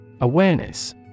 Awareness